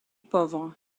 pauvres